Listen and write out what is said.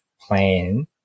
plan